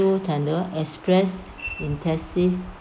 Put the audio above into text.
through tender express intensive